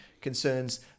concerns